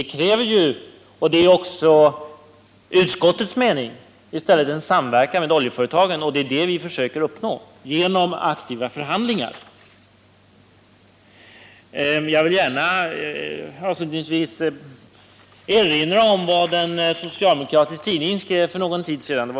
Vi kräver i stället — och det är även utskottets mening — en samverkan med oljeföretagen. Det försöker vi uppnå genom aktiva förhandlingar. Jag vill avslutningsvis erinra om vad en socialdemokratisk tidning skrev för någon tid sedan.